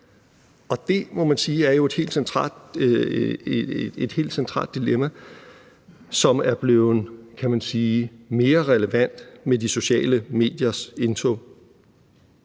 Det er et helt centralt dilemma, som er blevet, kan man sige, mere relevant med de sociale mediers indtog.